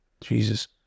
Jesus